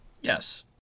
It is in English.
Yes